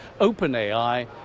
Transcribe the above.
OpenAI